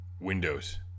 windows